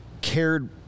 cared